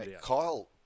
Kyle